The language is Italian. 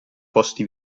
posti